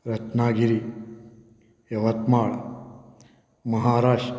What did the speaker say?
Ratnagiri Yavatmal Maharashtra